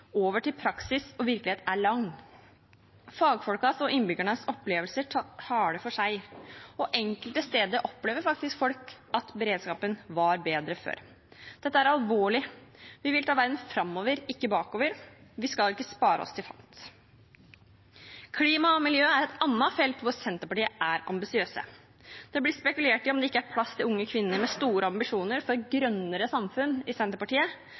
over til praksis og virkelighet er lang. Fagfolks og innbyggernes opplevelser taler for seg, og enkelte steder opplever folk at beredskapen faktisk var bedre før. Dette er alvorlig. Vi vil ta verden framover, ikke bakover. Vi skal ikke spare oss til fant. Klima og miljø er et annet felt hvor Senterpartiet er ambisiøse. Det blir spekulert om at det ikke er plass til unge kvinner med store ambisjoner for et grønnere samfunn i Senterpartiet.